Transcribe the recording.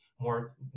more